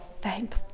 thank